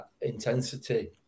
intensity